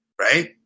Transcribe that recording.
right